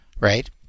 right